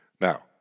Now